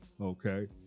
okay